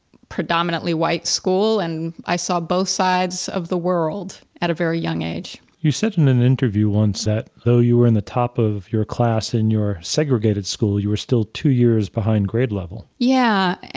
predominantly white school and i saw both sides of the world at a very young age. you said in an interview once that though you were in the top of your class in your segregated school, you were still two years behind grade level. yeah.